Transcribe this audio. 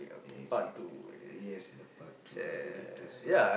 yes it's yes it's the part two the latest one